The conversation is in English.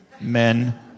men